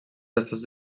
estats